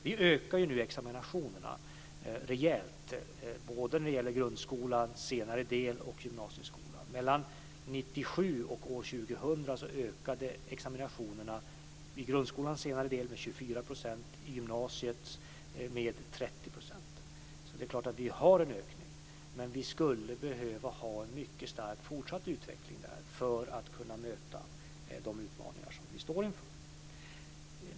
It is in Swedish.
Vi ökar nu examinationerna rejält när det gäller både grundskolans senare del och gymnasieskolan. 30 %. Vi har alltså en ökning, men vi skulle behöva ha en mycket stark fortsatt utveckling för att kunna möta de utmaningar vi står inför.